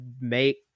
make